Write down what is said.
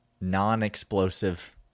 non-explosive